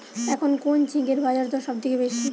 এখন কোন ঝিঙ্গের বাজারদর সবথেকে বেশি?